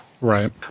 Right